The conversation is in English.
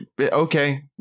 Okay